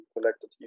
collected